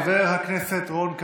חבר הכנסת רון כץ,